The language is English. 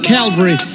Calvary